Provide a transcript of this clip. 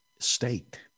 state